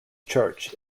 church